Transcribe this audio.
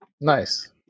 Nice